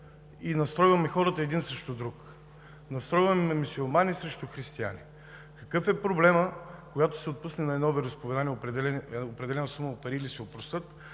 и настройваме хората един срещу друг – настройваме мюсюлмани срещу християни. Какъв е проблемът, когато се отпусне на едно вероизповедание определена сума пари или се опростят,